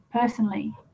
personally